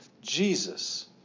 Jesus